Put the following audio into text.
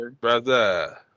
brother